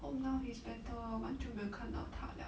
hope now he's better lor 蛮久没有看到他了